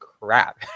crap